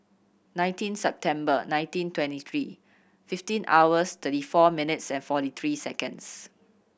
nineteen September nineteen twenty three fifteen hours thirty four minutes and forty three seconds